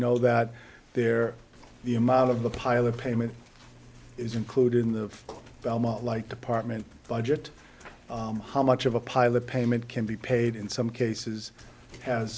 know that they're the amount of the pile of payment is included in the belmont like department budget how much of a pilot payment can be paid in some cases has